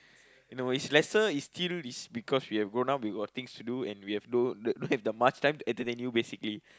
no is lesser is still is because we have grown up we got things to do and we have don't we have the must time to entertain you basically